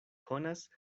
konas